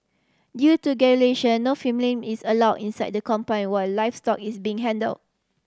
due to no filming is allow inside the compound while livestock is being handle